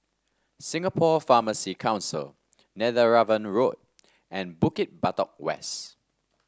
Singapore Pharmacy Council Netheravon Road and Bukit Batok West